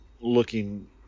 looking